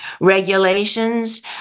regulations